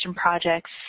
projects